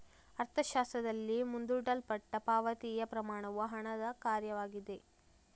ಅರ್ಥಶಾಸ್ತ್ರದಲ್ಲಿ, ಮುಂದೂಡಲ್ಪಟ್ಟ ಪಾವತಿಯ ಪ್ರಮಾಣವು ಹಣದ ಕಾರ್ಯವಾಗಿದೆ